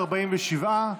47,